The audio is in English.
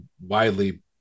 widely